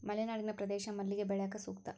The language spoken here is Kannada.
ಮಲೆನಾಡಿನ ಪ್ರದೇಶ ಮಲ್ಲಿಗೆ ಬೆಳ್ಯಾಕ ಸೂಕ್ತ